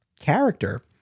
character